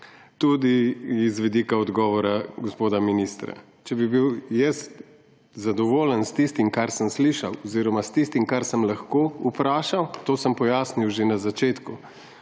tudi z vidika odgovora gospoda ministra. Če bi bil jaz zadovoljen s tistim, kar sem slišal, oziroma s tistim, kar sem lahko vprašal, to sem pojasnil že na začetku,